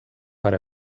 per